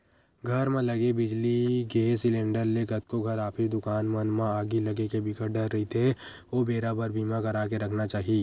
घर म लगे बिजली, गेस सिलेंडर ले कतको घर, ऑफिस, दुकान मन म आगी लगे के बिकट डर रहिथे ओ बेरा बर बीमा करा के रखना चाही